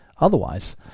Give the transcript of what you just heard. otherwise